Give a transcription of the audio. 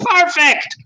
perfect